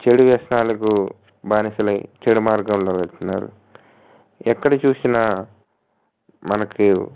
చెడు వ్యసనాలకు బానిసలై చెడు మార్గంలో వెళుతున్నారు ఎక్కడ చూసినా మనకి